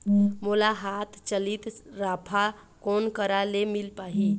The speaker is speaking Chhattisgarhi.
मोला हाथ चलित राफा कोन करा ले मिल पाही?